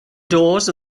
doors